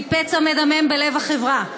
שהיא פצע מדמם בלב החברה,